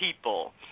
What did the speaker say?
people